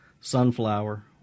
Sunflower